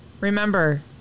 Remember